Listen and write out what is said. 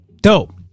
dope